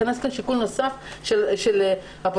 הוא ייכנס כשיקול נוסף של אפוטרופסות,